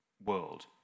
World